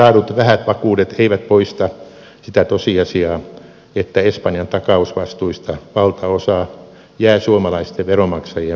saadut vähät vakuudet eivät poista sitä tosiasiaa että espanjan takausvastuista valtaosa jää suomalaisten veronmaksajien vastuulle